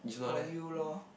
or you lor